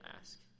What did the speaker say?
ask